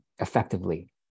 effectively